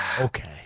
Okay